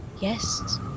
Yes